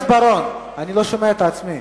14, נגד, 8,